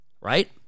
right